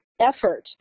effort